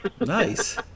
Nice